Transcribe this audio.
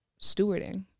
stewarding